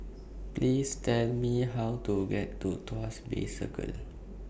Please Tell Me How to get to Tuas Bay Circle